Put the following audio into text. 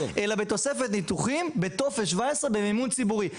אלא בתוספת ניתוחים בטופס 17 במימון ציבורי.